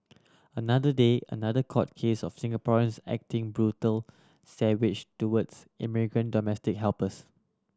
another day another court case of Singaporeans acting brutal savage towards in migrant domestic helpers